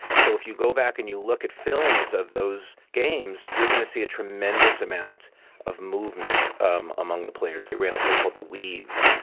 so if you go back and you look at films of those games, you're going to see a tremendous amount of movement um among the players. they ran a play called the weev,